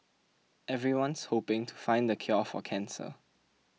everyone's hoping to find the cure for cancer